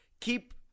keep